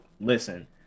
listen